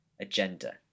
agenda